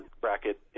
bracket